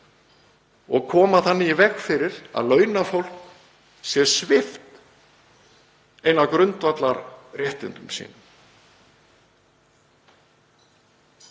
og koma þannig í veg fyrir að launafólk sé svipt grundvallarréttindum sínum.